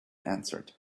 answered